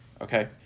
Okay